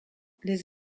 les